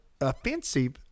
offensive